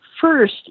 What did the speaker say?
First